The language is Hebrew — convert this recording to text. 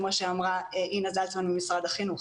כמו שאמרה אינה זלצמן ממשרד החינוך.